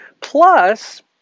plus